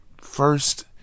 first